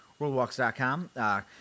WorldWalks.com